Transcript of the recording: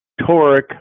toric